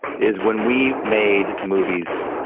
is when we made movies,